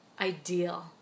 Ideal